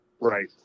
Right